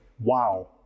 Wow